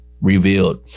revealed